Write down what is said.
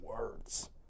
words